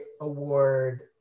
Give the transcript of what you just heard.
Award